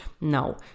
No